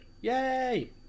Yay